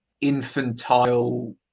infantile